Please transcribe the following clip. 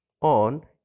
on